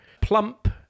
plump